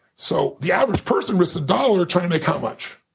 so the average person risks a dollar trying to make how much?